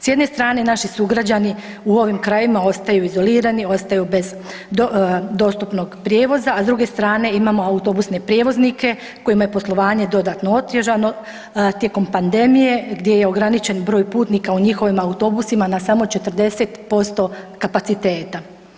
Sa jedne strane naši sugrađani u ovim krajevima ostaju izolirani, ostaju bez dostupnog prijevoza, a s druge strane imamo autobusne prijevoznike kojima je poslovanje dodatno otežano tijekom pandemije gdje je ograničen broj putnika u njihovim autobusima na samo 40% kapaciteta.